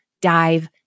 dive